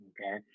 Okay